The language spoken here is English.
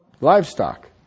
livestock